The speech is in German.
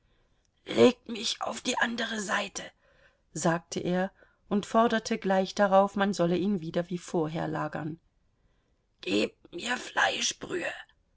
legt mich auf die andere seite sagte er und forderte gleich darauf man solle ihn wieder wie vorher lagern gebt mir fleischbrühe